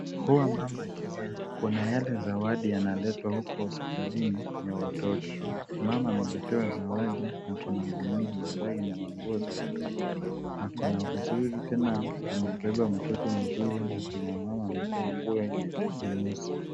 Huwa mama akizaa, kuna yale zawadi yanaletwa huko hospitalini ya watoto. Mama ameletewa zawadi na kuna gunia na mabegi ya nguo za watoto. Ako na vizuri tena amembeba mtoto mzuri na kuna mama amevaa nguo nyeusi.